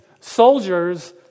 soldiers